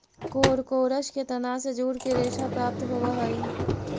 कोरकोरस के तना से जूट के रेशा प्राप्त होवऽ हई